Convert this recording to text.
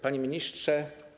Panie Ministrze!